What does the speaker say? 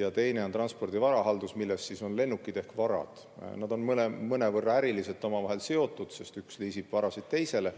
ja teine on Transpordi Varahaldus, milles on lennukid ehk varad. Nad on mõnevõrra äriliselt omavahel seotud, sest üks liisib varasid teisele,